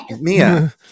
Mia